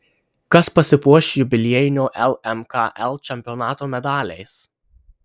kas pasipuoš jubiliejinio lmkl čempionato medaliais